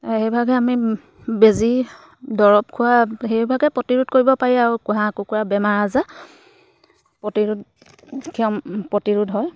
সেইভাগে আমি বেজী দৰৱ খোৱা সেইভাগে প্ৰতিৰোধ কৰিব পাৰি আৰু কুকুৰা কুকুৰা বেমাৰ আজাৰ প্ৰতিৰোধ ক্ষ প্ৰতিৰোধ হয়